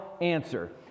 answer